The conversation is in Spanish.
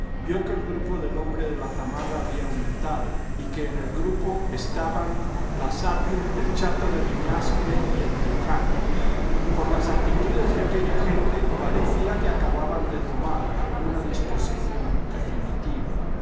vio que el grupo del hombre de la zamarra había aumentado y que en el grupo estaban la satur el chato de viñaspre y el riojano por las actitudes de aquella gente parecía que acababan de tomar alguna disposición definitiva